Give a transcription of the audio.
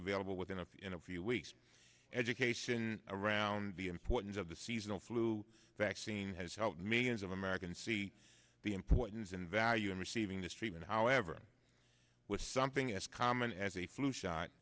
available within a few weeks education around the importance of the seasonal flu vaccine has helped millions of americans see the importance and value in receiving this treatment however with something as common as as a flu shot